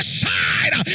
side